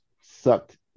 sucked